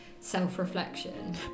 self-reflection